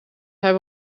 hij